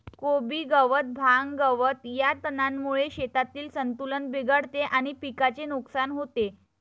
कोबी गवत, भांग, गवत या तणांमुळे शेतातील संतुलन बिघडते आणि पिकाचे नुकसान होते